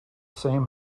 same